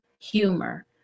humor